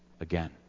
again